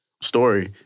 story